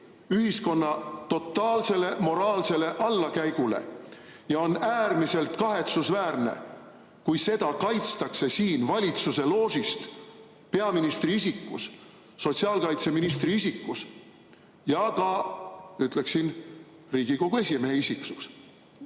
ühiskonna totaalsele moraalsele allakäigule. Ja on äärmiselt kahetsusväärne, kui seda kaitstakse siin valitsuse loožist peaministri isikus, sotsiaalkaitseministri isikus ja ka, ütleksin, Riigikogu esimehe isikus.